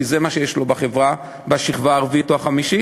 כי זה מה שיש לו בחברה בשכבה הרביעית או החמישית,